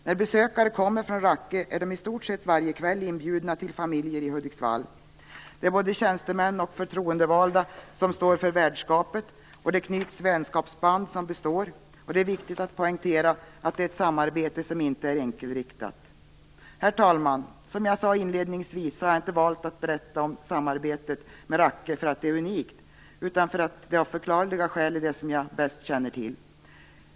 När besökare kommer från Rakke är de i stort sett varje kväll inbjudna till familjer i Hudiksvall. Det är både tjänstemän och förtroendevalda som står för värdskapet och det knyts vänskapsband som består. Det är också viktigt att poängtera att det är ett samarbete som inte är enkelriktat. Herr talman! Som jag sade inledningsvis har jag inte valt att berätta om samarbetet med Rakke för att det är unikt, utan för att det av förklarliga skäl är det som jag bäst känner till.